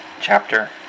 chapter